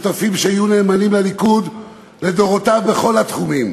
שותפים שהיו נאמנים לליכוד לדורותיו בכל התחומים,